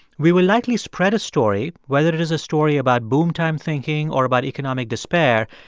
we will likely spread a story, whether it is a story about boom-time thinking or about economic despair,